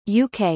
UK